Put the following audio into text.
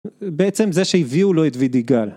בעצם זה שהביאו לו את וידיגל